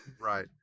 right